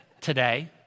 Today